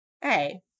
Hey